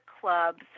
clubs